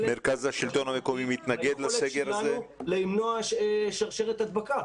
חלק מהיכולת שלנו למנוע שרשרת הדבקה,